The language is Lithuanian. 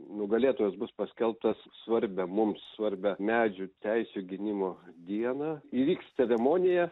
nugalėtojas bus paskelbtas svarbią mums svarbią medžių teisių gynimo dieną įvyks ceremonija